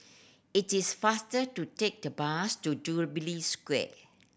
it is faster to take the bus to Jubilee Square